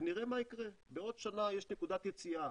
ונראה מה יקרה, בעוד שנה יש נקודת יציאה